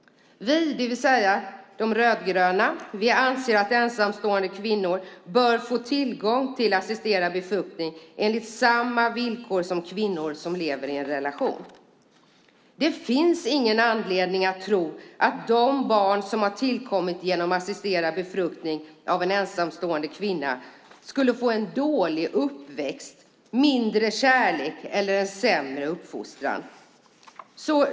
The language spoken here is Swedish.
Vi, det vill säga De rödgröna, anser att ensamstående kvinnor bör få tillgång till assisterad befruktning enligt samma villkor som kvinnor som lever i en relation. Det finns ingen anledning att tro att de barn som har tillkommit genom assisterad befruktning av en ensamstående kvinna skulle få en dålig uppväxt, mindre kärlek eller en sämre uppfostran.